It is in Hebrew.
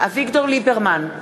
אביגדור ליברמן,